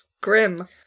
grim